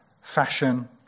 fashion